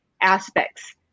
aspects